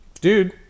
Dude